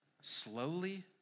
slowly